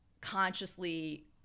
consciously